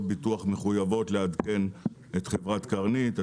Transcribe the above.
הביטוח מחויבות לעדכן את חברת קרנית.